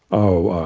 oh,